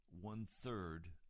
one-third